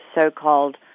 so-called